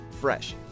Fresh